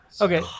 Okay